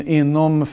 inom